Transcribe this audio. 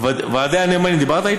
עם ועדי הנאמנים דיברת?